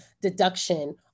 deduction